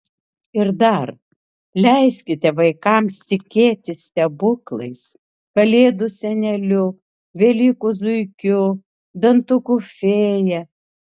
ir dar leiskite vaikams tikėti stebuklais kalėdų seneliu velykų zuikiu dantukų fėja